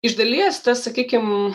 iš dalies tas sakykim